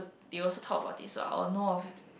they also talk about it so I will know of